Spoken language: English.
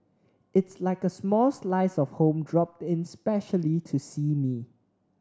it's like a small slice of home dropped in specially to see me